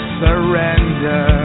surrender